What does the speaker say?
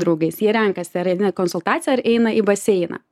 draugais jie renkasi ar eina į konsultaciją ar eina į baseiną